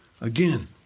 again